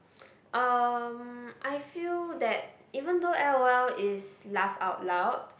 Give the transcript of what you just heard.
um I feel that even though L_O_L is laugh out loud